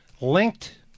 linked